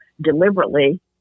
deliberately